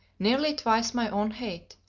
nearly twice my own height,